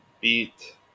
beat